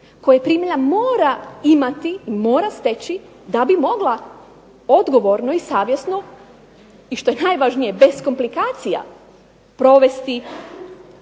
koje primalja mora imati, mora steći da bi mogla odgovorno i savjesno i što je najvažnije bez komplikacija provesti